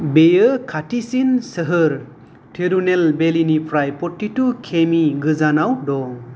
बेयो खाथिसिन सोहोर तिरुनेलवेलीनिफ्राय फरटिटु कि मि गोजानाव दं